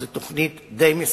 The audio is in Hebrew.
זו תוכנית די מסובכת,